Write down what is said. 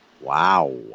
Wow